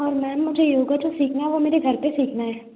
और मैम मुझे योगा जो सीखना है वह मेरे घर पर सीखना है